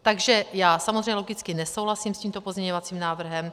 Takže já samozřejmě logicky nesouhlasím s tímto pozměňovacím návrhem.